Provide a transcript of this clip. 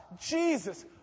Jesus